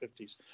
1950s